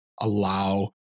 allow